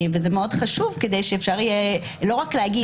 זה מאוד חשוב כדי שאפשר יהיה לא רק להגיד